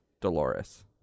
Dolores